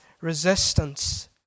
resistance